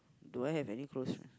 do I have any close friend